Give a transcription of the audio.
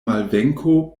malvenko